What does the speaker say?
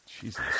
Jesus